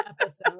episode